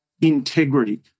integrity